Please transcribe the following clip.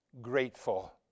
grateful